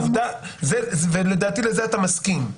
ולדעתי לזה אתה מסכים.